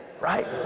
Right